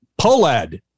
Polad